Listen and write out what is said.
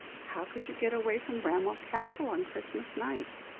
how could you get away from bramwell castle, on christmas night?